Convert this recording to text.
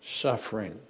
suffering